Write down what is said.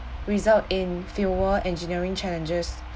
result in fewer engineering challenges